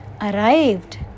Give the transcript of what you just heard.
arrived